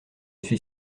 suis